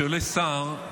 שכשעולה שר,